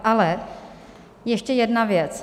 Ale ještě jedna věc.